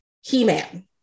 He-Man